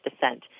dissent